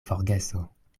forgeso